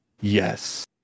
Yes